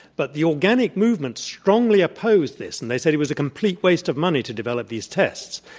but the organic movement strongly opposed this, and they said it was a complete waste of money to develop these tests.